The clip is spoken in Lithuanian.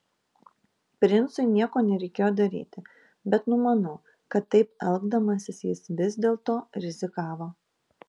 princui nieko nereikėjo daryti bet numanau kad taip elgdamasis jis vis dėlto rizikavo